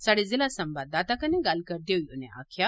स्हाड़े जिला संवाददाता कन्नै गल्ल करदे होइ उनें आक्खेआ